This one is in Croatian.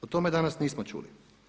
O tome danas nismo čuli.